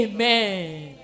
Amen